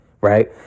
Right